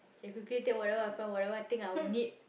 then quickly take whatever I found whatever I think I'll need